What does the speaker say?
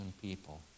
people